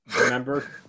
remember